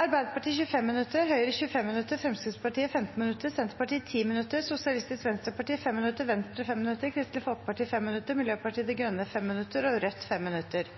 Arbeiderpartiet 25 minutter, Høyre 25 minutter, Fremskrittspartiet 15 minutter, Senterpartiet 10 minutter, Sosialistisk Venstreparti 5 minutter, Venstre 5 minutter, Kristelig Folkeparti 5 minutter, Miljøpartiet De Grønne 5 minutter og Rødt 5 minutter.